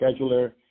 scheduler